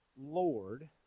Lord